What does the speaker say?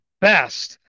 best